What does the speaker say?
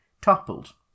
toppled